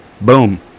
Boom